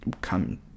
come